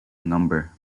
number